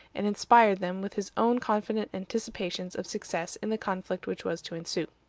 and inspired them with his own confident anticipations of success in the conflict which was to ensue.